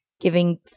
giving